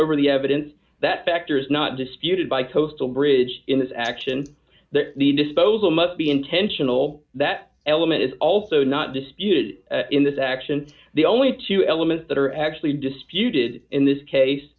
over the evidence that factors not disputed by coastal bridge in this action that the disposal must be intentional that element is also not disputed in this action the only two elements that are actually disputed in this case